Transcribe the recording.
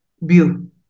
view